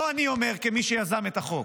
לא אני אומר כמי שיזם את החוק,